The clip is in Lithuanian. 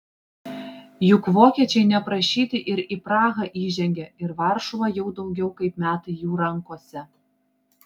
juk vokiečiai neprašyti ir į prahą įžengė ir varšuva jau daugiau kaip metai jų rankose